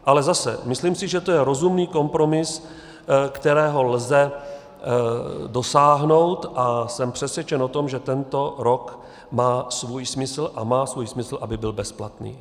Ale zase si myslím, že to je rozumný kompromis, kterého lze dosáhnout, a jsem přesvědčen o tom, že tento rok má svůj smysl, a má svůj smysl, aby byl bezplatný.